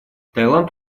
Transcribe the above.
таиланд